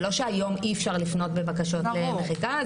זה לא שהיום אי אפשר לפנות בבקשות למחיקה.